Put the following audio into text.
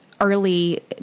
early